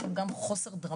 יש שם גם חוסר דרמטי,